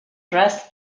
dress